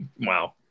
Wow